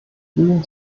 fühlen